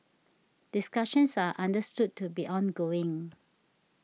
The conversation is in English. discussions are understood to be ongoing